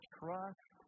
trust